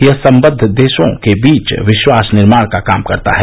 यह सम्बद्ध देशों के बीच विश्वास निर्माण का काम करता है